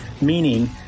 meaning